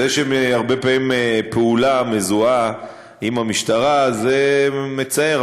זה שהרבה פעמים פעולה מזוהה עם המשטרה זה מצער,